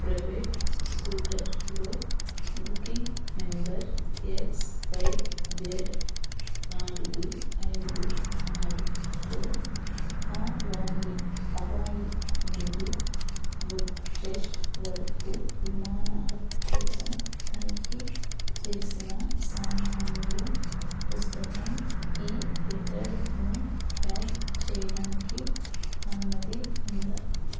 private స్కూటర్లో booking number XYZ నాలుగు ఐదు ఆరుతో హవాయి హవాయి నుండి బుడాఫ్రెస్ట్ వరుకూ విమానాల కోసం తనిఖీ చేసిన సామానులో పుస్తకం ఈ రిటైర్డ్ను ప్యాక్ చేయడానికి అనుమతి ఉందా